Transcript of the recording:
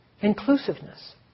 inclusiveness